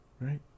right